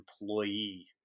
employee